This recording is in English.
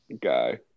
guy